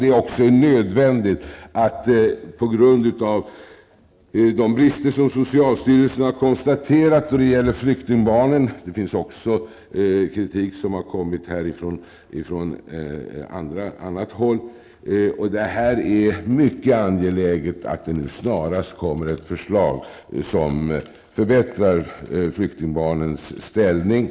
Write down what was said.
Det är också nödvändigt och mycket angeläget, på grund av de brister som socialstyrelsen har konstaterat då det gäller flyktingbarnen -- kritik har även kommit från annat håll --, att det nu snarast kommer ett förslag som förbättrar flyktingbarnens ställning.